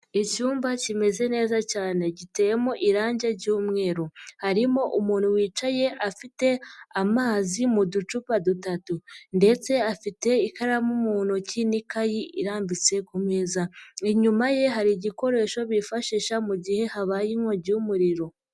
Icyumba kimeze neza cyane. Giteyemo irangi ry'umweru. Harimo umuntu wicaye afite amazi mu ducupa dutatu ndetse afite ikaramu mu ntoki nikayi irambitse ku meza. Inyuma ye hari igikoresho bifashisha mu gihe habaye inkongi y'umuriro.